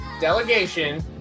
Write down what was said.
delegation